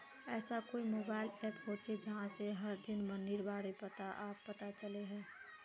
ऐसा कोई mobile app होचे जहा से हर दिन मंडीर बारे अपने आप पता चले?